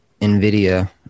NVIDIA